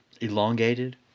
elongated